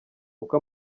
uko